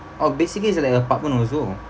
oh basically it's like an apartment also